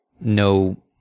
no